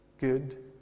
good